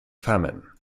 famine